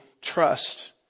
trust